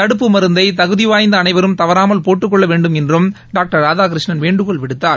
தடுப்பு மருந்தை தகுதிவாய்ந்த அனைவரும் தவறாமல் போட்டுக் கொள்ள வேண்டும் என்றம் டாக்டர் ராதாகிருஷ்ணன் வேண்டுகோள் விடுத்தார்